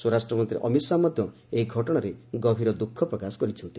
ସ୍ପରାଷ୍ଟ୍ରମନ୍ତ୍ରୀ ଅମିତ ଶାହା ଏହି ଘଟଣାରେ ଗଭୀର ଦୁଃଖ ପ୍ରକାଶ କରିଚ୍ଛନ୍ତି